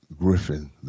Griffin